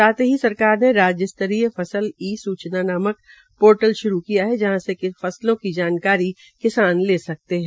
साथ ही सरकार ने राज्य स्तरीय फसल ई सुचना नाम पोर्टल श्रू किया गया है जहां से फसलों की जानकारी ली जा सकती है